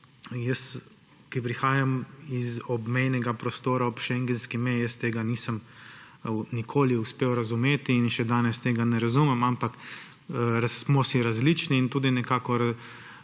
Jaz prihajam iz obmejnega prostora ob šengenski meji in tega nisem nikoli uspel razumeti in še danes tega ne razumem, ampak smo si različni in tudi nekako